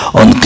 on